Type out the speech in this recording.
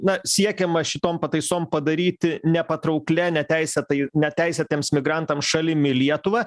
na siekiama šitom pataisom padaryti nepatrauklia neteisėtai neteisėtiems migrantam šalimi lietuvą